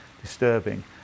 disturbing